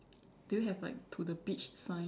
do you have like to the beach sign